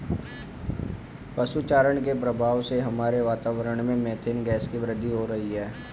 पशु चारण के प्रभाव से हमारे वातावरण में मेथेन गैस की वृद्धि हो रही है